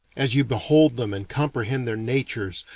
as you behold them and comprehend their natures,